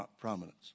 prominence